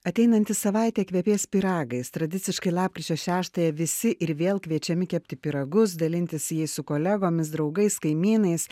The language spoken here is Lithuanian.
ateinanti savaitė kvepės pyragais tradiciškai lapkričio šeštąją visi ir vėl kviečiami kepti pyragus dalintis jais su kolegomis draugais kaimynais